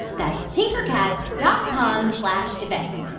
that's tinkercast dot com slash events.